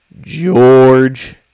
George